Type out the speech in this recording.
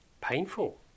Painful